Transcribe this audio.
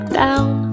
down